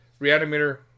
Reanimator